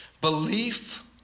belief